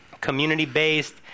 community-based